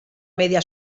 media